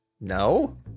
No